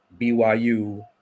BYU